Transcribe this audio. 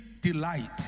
delight